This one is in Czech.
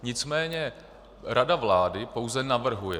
Nicméně rada vlády pouze navrhuje.